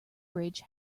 bridge